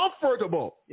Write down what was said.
comfortable